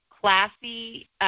classy